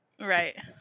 right